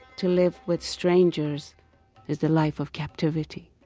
to live with strangers is the life of captivity.